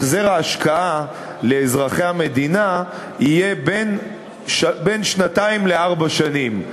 החזר ההשקעה לאזרחי המדינה יהיה בין שנתיים לארבע שנים,